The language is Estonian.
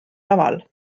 laval